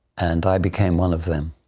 and i became one of them.